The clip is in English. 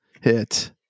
Hit